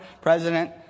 President